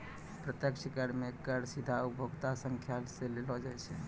प्रत्यक्ष कर मे कर सीधा उपभोक्ता सं लेलो जाय छै